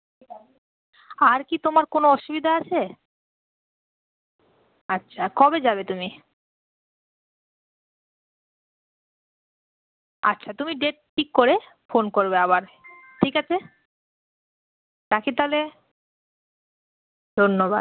আর কি তোমার কোনো অসুবিধা আছে আচ্ছা কবে যাবে তুমি আচ্ছা তুমি ডেট ঠিক করে ফোন করবে আবার ঠিক আছে রাখি তাহলে ধন্যবাদ